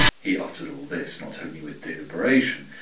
he uttered all this not only with deliberation,